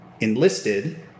enlisted